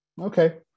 Okay